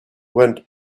went